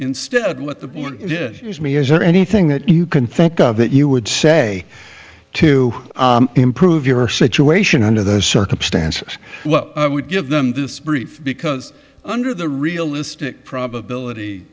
instead what the board did is me is there anything that you can think of that you would say to improve your situation under those circumstances would give them this brief because under the realistic probability